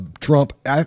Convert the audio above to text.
Trump